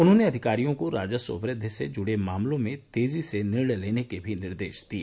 उन्होंने अधिकारियों को राजस्व वृद्धि से जुड़े मामलों में तेजी से निर्णय लेने के भी निर्देश दिए